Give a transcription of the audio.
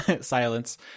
silence